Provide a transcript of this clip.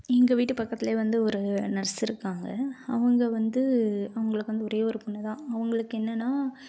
எங்கள் வீட்டு பக்கத்துல வந்து ஒரு நர்ஸு இருக்காங்க அவங்க வந்து அவங்களுக்கு வந்து ஒரே ஒரு பொண்ணு தான் அவங்களுக்கு என்னன்னா